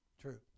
true